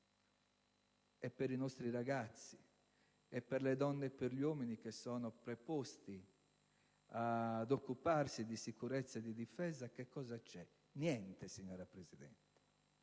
E per i nostri ragazzi, e per le donne e per gli uomini che sono preposti ad occuparsi di sicurezza e difesa, che cosa c'è? Niente, signora Presidente.